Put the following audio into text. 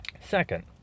Second